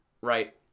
right